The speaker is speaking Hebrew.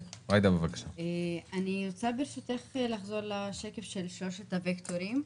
אני רוצה לחזור לשקף על שלושת הווקטורים.